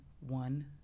one